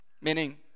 Meaning